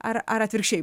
ar ar atvirkščiai